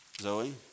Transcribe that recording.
Zoe